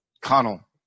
Connell